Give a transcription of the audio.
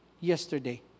yesterday